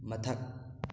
ꯃꯊꯛ